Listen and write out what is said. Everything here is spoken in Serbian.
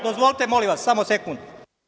Dozvolite molim vas, samo sekund.